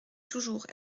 toujours